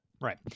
Right